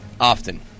often